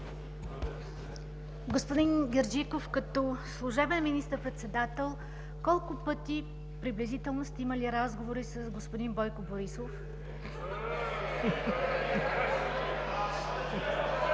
Господин Герджиков, като служебен министър-председател колко пъти предварително сте имали разговори с господин Бойко Борисов?